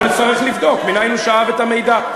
אנחנו נצטרך לבדוק מנין הוא שאב את המידע.